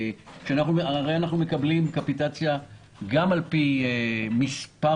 הרי אנחנו מקבלים קפיטציה גם על פי מספר